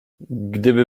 gdyby